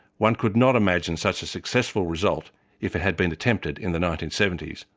one could not imagine such a successful result if it had been attempted in the nineteen seventy s,